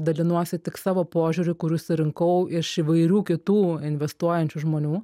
dalinuosi tik savo požiūriu kurį surinkau iš įvairių kitų investuojančių žmonių